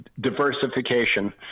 diversification